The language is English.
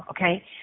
okay